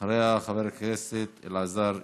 אחריה, חבר הכנסת אלעזר שטרן.